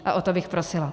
A o to bych prosila.